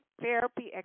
therapy